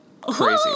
Crazy